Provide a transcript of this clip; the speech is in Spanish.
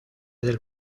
del